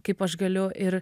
kaip aš galiu ir